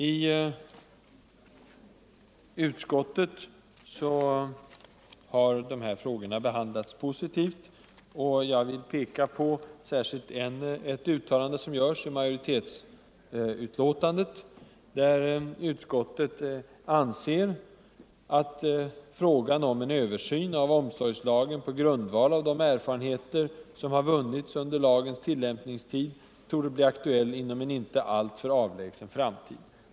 I utskottet har dessa frågor behandlats positivt, och jag vill särskilt peka på ett uttalande som görs i majoritetsuttalandet, där utskottet anser att ”frågan om en översyn av omsorgslagen på grundval av de erfarenheter som vunnits under lagens tillämpningstid torde bli aktuell inom en inte alltför avlägsen framtid”.